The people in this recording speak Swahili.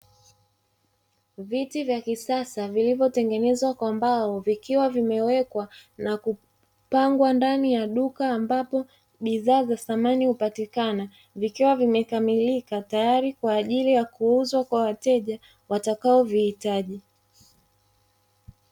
Viti vya kisasa vilivyotengenezwa kwa mbao vikiwa vimewekwa na kupangwa ndani ya duka, ambapo bidhaa za samani hupatikana vikiwa vimekamilika tayari kwa ajili ya kuuzwa kwa wateja watakaovihitaji.